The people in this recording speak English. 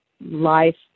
life